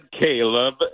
Caleb